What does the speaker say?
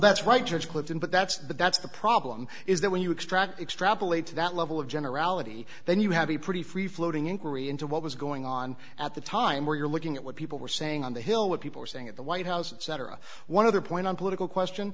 that's right george clifton but that's that that's the problem is that when you extract extrapolate to that level of generality then you have a pretty free floating inquiry into what was going on at the time where you're looking at what people were saying on the hill what people are saying at the white house etc one other point on political question